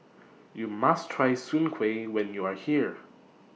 YOU must Try Soon Kueh when YOU Are here